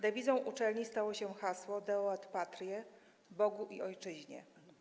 Dewizą Uczelni stało się hasło „Deo et Patriae” - „Bogu i Ojczyźnie”